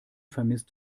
vermisst